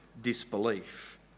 disbelief